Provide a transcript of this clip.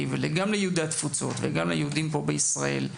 וגם ליהודי התפוצות וליהודים פה בישראל,